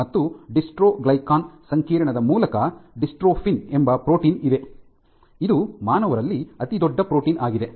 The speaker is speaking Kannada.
ಮತ್ತು ಡಿಸ್ಟ್ರೊಗ್ಲಿಕನ್ ಸಂಕೀರ್ಣದ ಮೂಲಕ ಡಿಸ್ಟ್ರೋಫಿನ್ ಎಂಬ ಪ್ರೋಟೀನ್ ಇದೆ ಇದು ಮಾನವರಲ್ಲಿ ಅತಿದೊಡ್ಡ ಪ್ರೋಟೀನ್ ಆಗಿದೆ